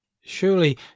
Surely